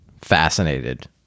fascinated